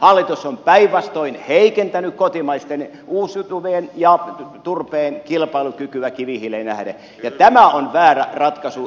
hallitus on päinvastoin heikentänyt kotimaisten uusiutuvien ja turpeen kilpailukykyä kivihiileen nähden ja tämä on väärä ratkaisu